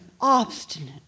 obstinate